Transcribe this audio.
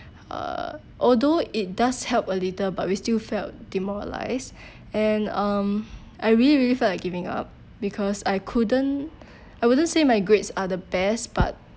uh although it does help a little but we still felt demoralised and um I really really felt like giving up because I couldn't I wouldn't say my grades are the best but